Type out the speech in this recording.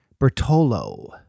Bertolo